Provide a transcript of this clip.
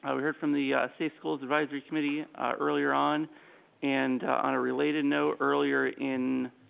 ah we heard from the safe schools advisory committee earlier on and on a related note, earlier in,